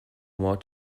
more